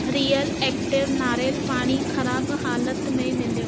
real एक्टिव नारेलु पाणी ख़राब हालति में मिलियो